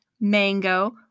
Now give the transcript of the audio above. mango